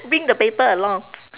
bring the paper along